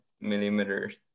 millimeters